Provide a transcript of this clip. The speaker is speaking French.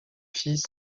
fils